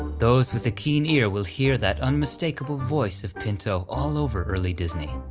those with a keen ear will hear that unmistakable voice of pinto all over early disney.